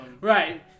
Right